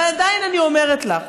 אבל עדיין אני אומרת לך: